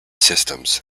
systems